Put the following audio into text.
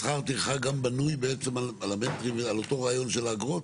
שכר הטרחה בנוי בעצם על כל המטרים ועל אותו רעיון של האגרות?